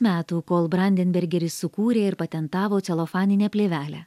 metų kol brandenbergeris sukūrė ir patentavo celofaninę plėvelę